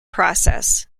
process